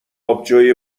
آبجوی